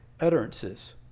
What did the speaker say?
utterances